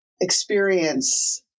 experience